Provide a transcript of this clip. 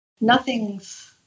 nothing's